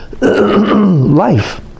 life